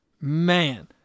man